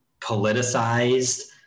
politicized